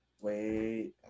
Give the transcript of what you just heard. Wait